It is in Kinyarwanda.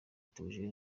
theogene